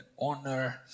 honor